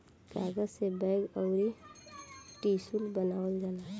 कागज से बैग अउर टिशू बनावल जाला